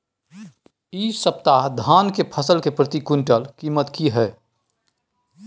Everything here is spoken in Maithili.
इ सप्ताह धान के फसल के प्रति क्विंटल कीमत की हय?